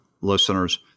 listeners